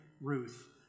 Ruth